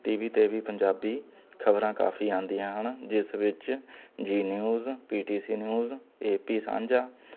T V 'ਤੇ ਵੀ ਪੰਜਾਬੀ ਖਬਰਾਂ ਕਾਫ਼ੀ ਆਉਂਦੀਆਂ ਹਨ ਜਿਸ ਵਿੱਚ Zee news P T C news A P ਸਾਂਝਾ